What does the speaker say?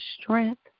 strength